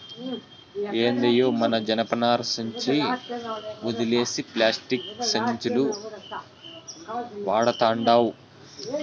ఏందయ్యో మన జనపనార సంచి ఒదిలేసి పేస్టిక్కు సంచులు వడతండావ్